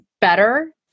better